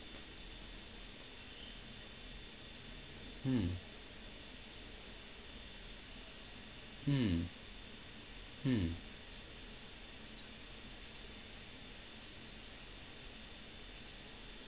mm mm mm